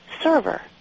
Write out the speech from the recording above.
server